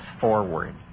forward